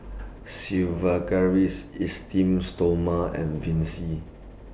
Sigvaris Esteem Stoma and Vichy